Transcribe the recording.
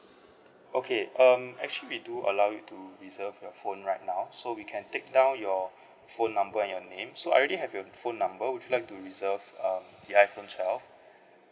okay um actually we do allow you to reserve your phone right now so we can take down your phone number and your name so I already have your phone number would you like to reserve um the iphone twelve